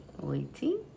Waiting